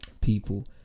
people